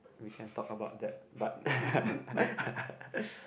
we can talk about that but